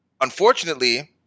unfortunately